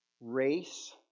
Race